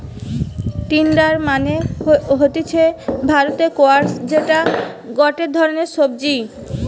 তিনডা মানে হতিছে ভারতীয় স্কোয়াশ যেটা গটে ধরণের সবজি